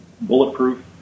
bulletproof